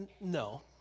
No